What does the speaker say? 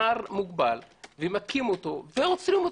מוגבל, ועוצרים אותו.